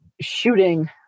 shooting